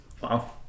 wow